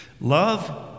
Love